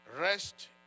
Rest